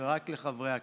זה רק לחברי הכנסת.